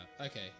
Okay